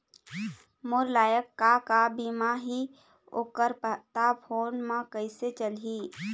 मोर लायक का का बीमा ही ओ कर पता फ़ोन म कइसे चलही?